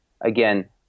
again